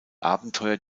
abenteuer